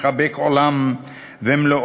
מחבק עולם ומלואו,